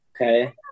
Okay